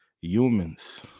humans